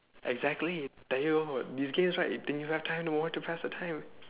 exactly tell you this games right think you have time want to pass the time